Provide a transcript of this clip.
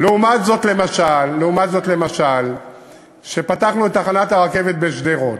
לעומת זאת, למשל, פתחנו את תחנת הרכבת בשדרות,